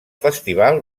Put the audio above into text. festival